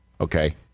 Okay